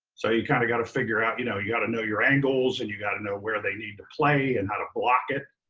so you kinda gotta figure out, you know you gotta know your angles and you gotta know where they need to play and how to block it,